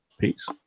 Peace